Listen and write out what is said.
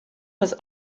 was